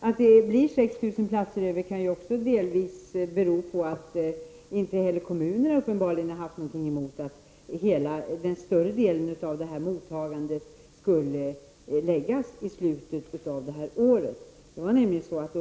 Att det blir 6 000 platser över kan ju också delvis bero på att inte heller kommunerna uppenbarligen har haft någonting emot att den större delen av mottagandet skulle förläggas till slutet av det här året.